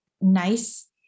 nice